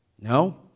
No